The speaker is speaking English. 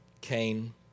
Cain